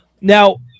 Now